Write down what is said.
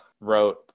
wrote